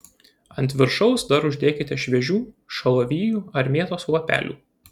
ant viršaus dar uždėkite šviežių šalavijų ar mėtos lapelių